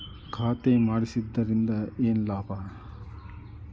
ಖಾತೆ ಮಾಡಿಸಿದ್ದರಿಂದ ಏನು ಲಾಭ?